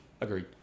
Agreed